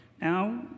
now